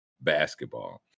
basketball